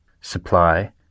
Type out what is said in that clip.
supply